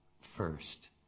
first